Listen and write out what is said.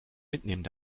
mitnehmen